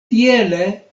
tiele